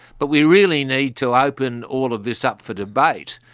but we really need to open all of this up for debate.